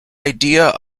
idea